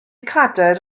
cadair